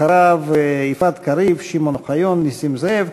אחריו, יפעת קריב, שמעון אוחיון, נסים זאב.